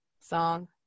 song